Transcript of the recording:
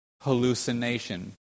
hallucination